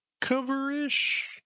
cover-ish